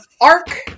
ARC